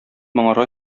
моңарга